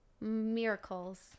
Miracles